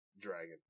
Dragon